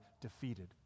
defeated